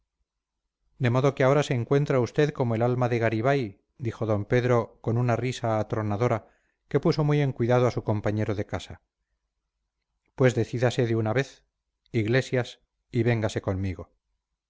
de modo que ahora se encuentra usted como el alma de garibay dijo d pedro con una risa atronadora que puso muy en cuidado a su compañero de casa pues decídase de una vez iglesias y véngase conmigo